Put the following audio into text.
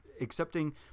accepting